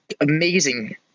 amazing